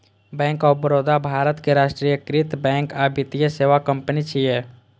bank of Baroda भारतक राष्ट्रीयकृत bank आ वित्तीय सेवा कंपनी छियै